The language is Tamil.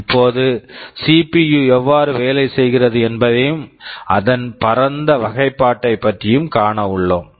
இப்போது சிபியு CPU எவ்வாறு வேலை செய்கிறது என்பதையும் அதன் பரந்த வகைப்பாட்டைப் பற்றியும் காண உள்ளோம்